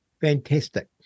Fantastic